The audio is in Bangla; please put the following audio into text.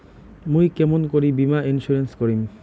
মুই কেমন করি বীমা ইন্সুরেন্স করিম?